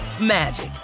magic